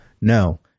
No